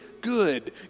good